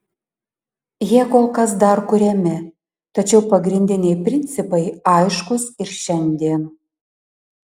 jie kol kas dar kuriami tačiau pagrindiniai principai aiškūs ir šiandien